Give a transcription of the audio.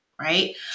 right